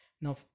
Now